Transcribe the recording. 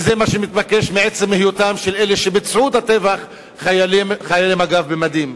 וזה מה שמתבקש מעצם היותם של אלה שביצעו את הטבח חיילי מג"ב במדים.